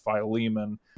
Philemon